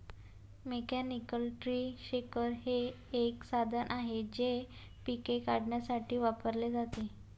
mechanical tree shaker हे एक साधन आहे जे पिके काढण्यासाठी वापरले जाते